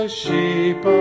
sheep